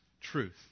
truth